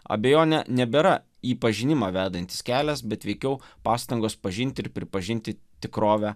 abejonė nebėra į pažinimą vedantis kelias bet veikiau pastangos pažinti ir pripažinti tikrovę